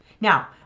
Now